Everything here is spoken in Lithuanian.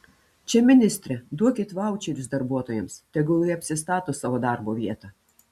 čia ministre duokit vaučerius darbuotojams tegul jie apsistato savo darbo vietą